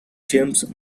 james